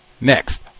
Next